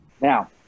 Now